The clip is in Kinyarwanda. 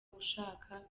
ushaka